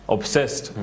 Obsessed